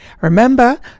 Remember